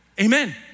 Amen